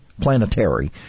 planetary